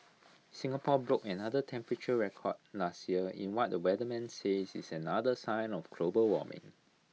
Singapore broke another temperature record last year in what the weatherman says is another sign of global warming